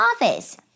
office